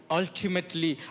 ultimately